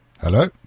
Hello